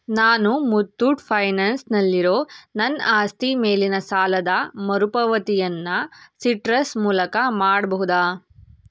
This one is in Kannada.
ನಾನು ಮುತ್ತೂಟ್ ಫೈನಾನ್ಸ್ನಲ್ಲಿರೋ ನನ್ನ ಆಸ್ತಿ ಮೇಲಿನ ಸಾಲದ ಮರುಪಾವತಿಯನ್ನು ಸಿಟ್ರಸ್ ಮೂಲಕ ಮಾಡಬಹುದಾ